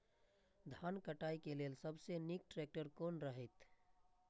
धान काटय के लेल सबसे नीक ट्रैक्टर कोन रहैत?